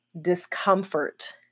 discomfort